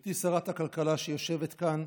גברתי שרת הכלכלה, שיושבת כאן,